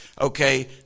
okay